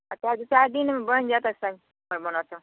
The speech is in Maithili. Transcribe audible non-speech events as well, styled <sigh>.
तऽ दू चारि दिनमे बनि जेतै सर <unintelligible>